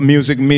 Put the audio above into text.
Music